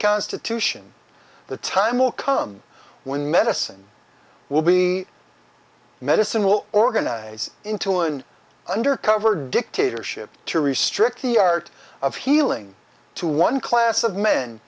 constitution the time will come when medicine will be medicine will organize into an undercover dictatorship to restrict the art of healing to one class of men